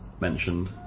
mentioned